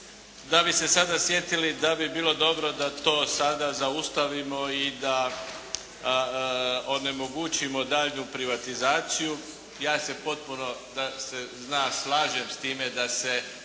da bi se sada sjetili da bi bilo dobro da to sada zaustavimo i da onemogućimo daljnju situaciju. Ja se potpuno slažem s time da se